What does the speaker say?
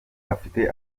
afite